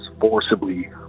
forcibly